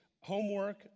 homework